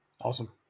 awesome